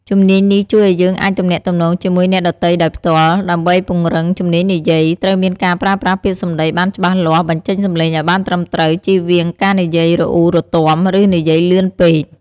ជំនាញនេះជួយឱ្យយើងអាចទំនាក់ទំនងជាមួយអ្នកដទៃដោយផ្ទាល់ ដើម្បីពង្រឹងជំនាញនិយាយ ត្រូវមានការប្រើប្រាស់ពាក្យសម្ដីបានច្បាស់លាស់ បញ្ចេញសំឡេងឱ្យបានត្រឹមត្រូវ ជៀសវាងការនិយាយរអ៊ូរទាំ ឬនិយាយលឿនពេក។